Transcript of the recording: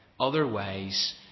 Otherwise